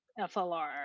FLR